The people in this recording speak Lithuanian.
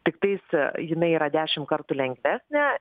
tiktais jinai yra dešim kartų lengvesnė